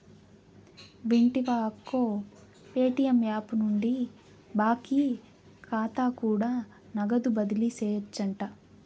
వింటివా అక్కో, Paytm app నుండి బాకీ కాతా కూడా నగదు బదిలీ సేయొచ్చంట